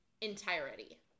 entirety